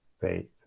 faith